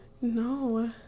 No